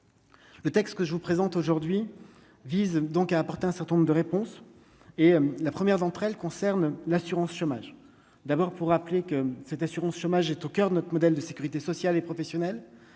le texte que je vous présente aujourd'hui vise donc à apporter un certain nombre de réponses et la première d'entre elles concerne l'assurance chômage, d'abord pour rappeler que cette assurance chômage est au coeur de notre modèle de sécurité sociale et professionnelle